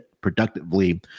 productively